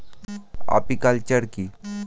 Apiculture কি?